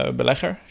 belegger